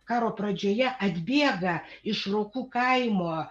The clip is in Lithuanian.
karo pradžioje atbėga iš rokų kaimo